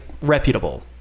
reputable